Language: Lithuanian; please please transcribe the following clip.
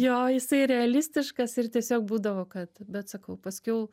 jo jisai realistiškas ir tiesiog būdavo kad bet sakau paskiau